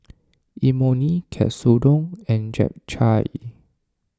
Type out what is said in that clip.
Imoni Katsudon and Japchae